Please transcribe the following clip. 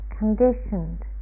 conditioned